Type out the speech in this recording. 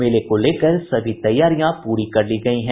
मेले को लेकर सभी तैयारियां पूरी कर ली गयी हैं